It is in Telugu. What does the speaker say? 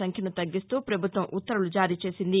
సంఖ్యను తగ్గిస్తూ పభుత్వం ఉత్తర్వులు జారీచేసింది